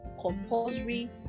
compulsory